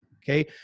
Okay